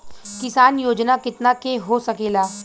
किसान योजना कितना के हो सकेला?